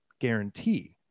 guarantee